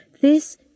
This